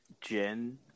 Jen